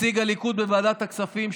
נציג הליכוד בוועדת הכספים,